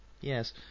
yes